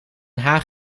haag